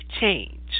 change